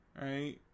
right